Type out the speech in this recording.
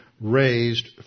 raised